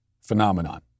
phenomenon